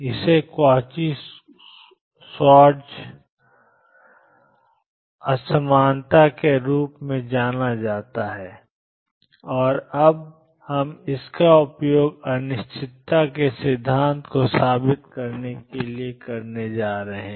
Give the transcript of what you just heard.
इसे Cauchy Schwarz असमानता के रूप में जाना जाता है और अब हम इसका उपयोग अनिश्चितता के सिद्धांत को साबित करने के लिए करने जा रहे हैं